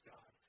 God